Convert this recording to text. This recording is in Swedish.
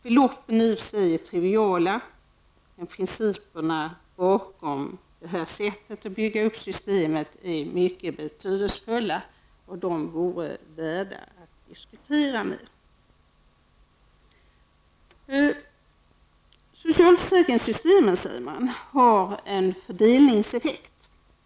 Beloppen är i och för sig triviala, men principerna bakom det här sättet att bygga upp systemet är mycket betydelsefulla. De vore värda att diskuteras mer. Socialförsäkringssystemen har en fördelningseffekt.